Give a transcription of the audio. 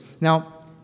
Now